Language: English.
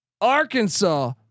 Arkansas